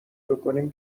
بکنیم